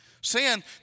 Sin